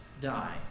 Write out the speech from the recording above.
die